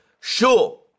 sure